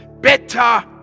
better